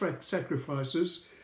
sacrifices